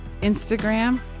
Instagram